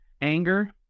anger